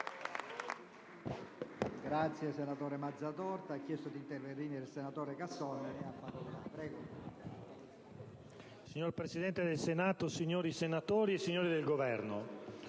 Signor Presidente, signori senatori, signori del Governo,